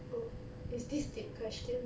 oh is this deep question